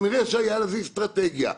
כנראה שהייתה לזה אסטרטגיה,